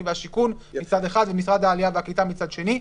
והשיכון מצד אחד ומשרד העלייה והקליטה מצד שני.